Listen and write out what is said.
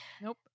Nope